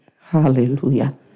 Hallelujah